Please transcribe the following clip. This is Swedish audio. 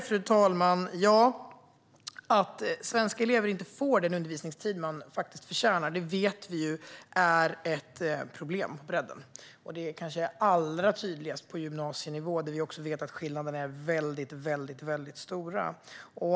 Fru talman! Att svenska elever inte får den undervisningstid de faktiskt förtjänar vet vi ju är ett problem på bredden. Det är kanske allra tydligast på gymnasienivå, där vi också vet att skillnaderna är väldigt, väldigt stora.